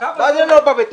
גם אני לא בא בטענות.